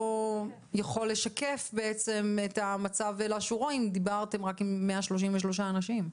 יכול לשקף בעצם את המצב --- אם דיברתם רק עם 133 אנשים.